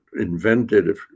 invented